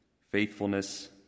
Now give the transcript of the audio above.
faithfulness